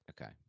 Okay